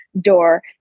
door